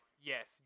yes